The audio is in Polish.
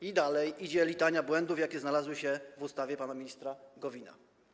I dalej jest litania błędów, jakie znalazły się w ustawie pana ministra Gowina.